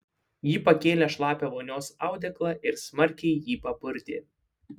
ji pakėlė šlapią vonios audeklą ir smarkiai jį papurtė